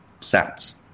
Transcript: sats